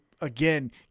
again